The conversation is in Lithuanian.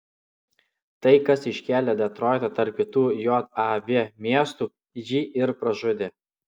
tai kas iškėlė detroitą tarp kitų jav miestų jį ir pražudė